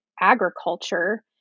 agriculture